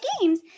games